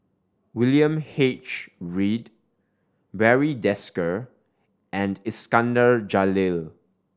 William H Read Barry Desker and Iskandar Jalil